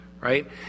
right